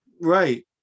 Right